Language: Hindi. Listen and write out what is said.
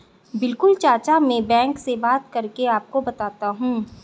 बिल्कुल चाचा में बैंक से बात करके आपको बताता हूं